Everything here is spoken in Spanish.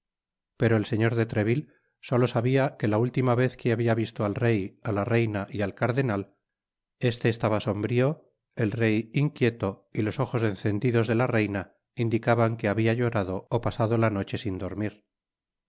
pero el se ñor de treville solo sabia que la última vez que habia visto al rey á la reina y al cardenal este estaba sombrio el rey inquieto y los ojos encendidos de la reina indicaban que babia llorado ó pasado la noche sin dormir